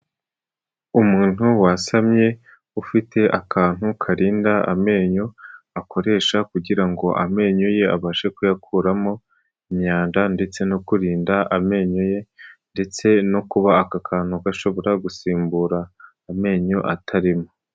Umuntu wasamye ufite akantu karinda amenyo, akoresha kugira amenyo ye abashe kuyakuramo imyanda ndetse no kurinda amenyo ye, ndetse no kuba aka kantu gashobora gusimbura amenyo atarimo.